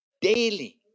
daily